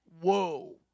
Whoa